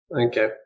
Okay